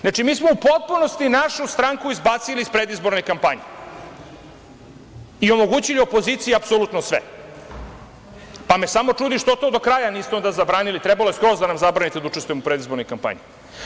Znači, mi smo u potpunosti našu stranku izbacili iz predizborne kampanje i omogućili opoziciji apsolutno sve, pa me samo čudi što do kraja niste to zabranili, trebalo je skroz da nam zabranite da učestvujemo u predizbornoj kampanji.